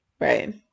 Right